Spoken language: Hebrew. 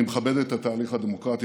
אני מכבד את התהליך הדמוקרטי,